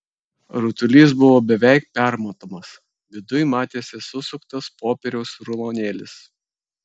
rutulys buvo beveik permatomas viduj matėsi susuktas popieriaus rulonėlis